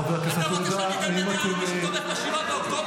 חבר הכנסת חבר הכנסת עודה,